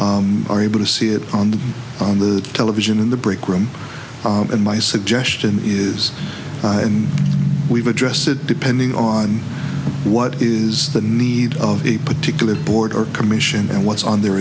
are able to see it on the on the television in the break room and my suggestion is and we've addressed it depending on what is the need of a particular board or commission and what's on their